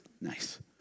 Nice